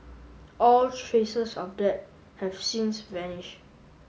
all traces of that have since vanish